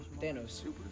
thanos